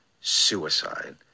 suicide